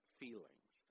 feelings